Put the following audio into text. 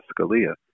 Scalia